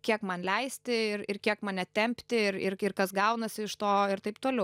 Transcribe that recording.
kiek man leisti ir ir kiek mane tempti ir ir ir kas gaunasi iš to ir taip toliau